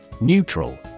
Neutral